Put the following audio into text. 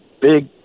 big